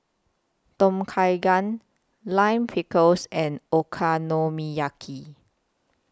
Tom Kha Gai Lime Pickle and Okonomiyaki